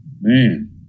man